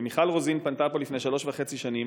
ומיכל רוזין פנתה פה לפני שלוש וחצי שנים,